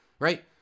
Right